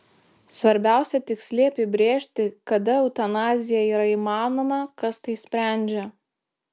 svarbiausia tiksliai apibrėžti kada eutanazija yra įmanoma kas tai sprendžia